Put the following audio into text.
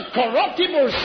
corruptible